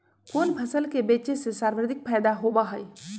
कोन फसल के बेचे से सर्वाधिक फायदा होबा हई?